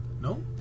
No